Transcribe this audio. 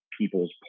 people's